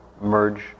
merge